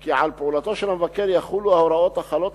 כי על פעולתו של המבקר יחולו ההוראות החלות